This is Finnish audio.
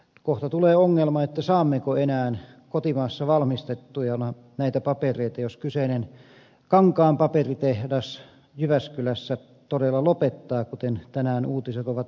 kohta tulee ongelma saammeko enää kotimaassa valmistettuina näitä papereita jos kyseinen kankaan paperitehdas jyväskylässä todella lopettaa kuten tänään uutiset ovat viestittäneet